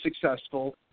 successful